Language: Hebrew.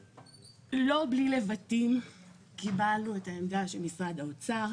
לא בלי לבטים קיבלנו את העמדה של משרד האוצר,